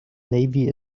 navy